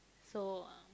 so uh